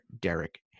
Derek